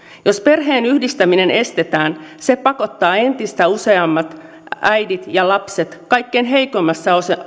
jos perheenyhdistäminen estetään se pakottaa entistä useammat äidit ja lapset kaikkein heikoimmassa asemassa